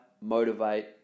motivate